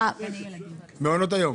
מעונות היום.